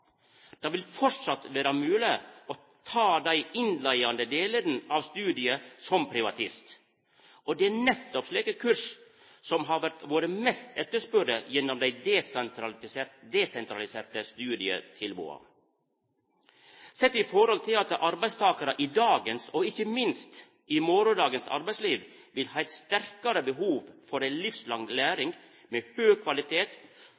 Det vil framleis vera mogleg å ta dei innleiande delane av studiet som privatist. Det er nettopp slike kurs som har vore mest etterspurde gjennom dei desentraliserte studietilboda. Sett i forhold til at arbeidstakarar i dagens og ikkje minst i morgondagens arbeidsliv vil ha eit sterkare behov for ei livslang læring med høg kvalitet,